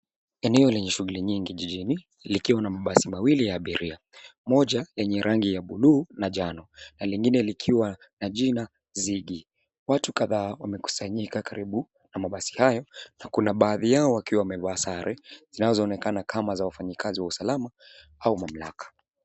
Eneo lenye shughuli nyingi jiji likiwa na mabasi mawili ya abiria. Moja lenye rangi ya buluu na njano na lingine likiwa na jina zigi . Watu kadhaa wamekusanyika karibu na mabasi hayo na kuna baadhi yao wakiwa wamevaa sare zinazonekana kama za wafanyikazi wa usalama au mamlaka.